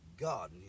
God